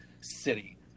city